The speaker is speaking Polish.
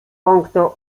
punktu